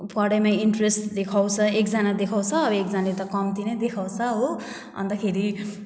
पढाइमा इन्ट्रेस्ट देखाउँछ एकजना देखाउँछ एकजनाले त कम्ती नै देखाउँछ हो अनि त खेरि